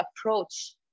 approach